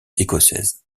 écossaise